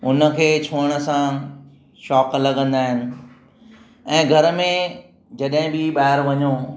उन खे छुहण सां शॉक लॻंदा आहिनि ऐं घर में जॾहिं बि ॿाहिरि वञो